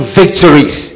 victories